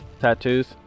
tattoos